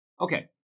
Okay